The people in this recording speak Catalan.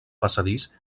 passadís